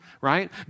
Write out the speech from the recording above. right